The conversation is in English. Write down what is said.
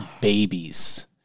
Babies